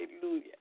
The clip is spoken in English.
hallelujah